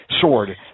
sword